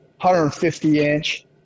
150-inch